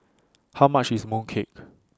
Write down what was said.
How much IS Mooncake